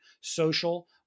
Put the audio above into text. social